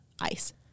ICE